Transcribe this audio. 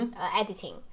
Editing